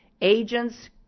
agents